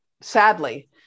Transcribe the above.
sadly